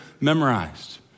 memorized